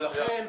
ולכן,